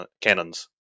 cannons